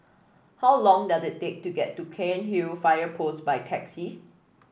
how long does it take to get to Cairnhill Fire Post by taxi